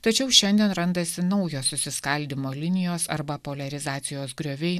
tačiau šiandien randasi naujos susiskaldymo linijos arba poliarizacijos grioviai